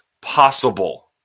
possible